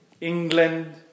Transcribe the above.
England